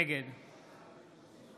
נגד